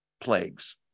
plagues